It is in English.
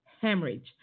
hemorrhage